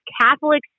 Catholic